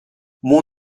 mon